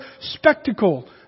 spectacle